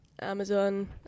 Amazon